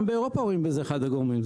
גם באירופה רואים בזה את אחד הגורמים,